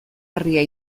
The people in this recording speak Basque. herria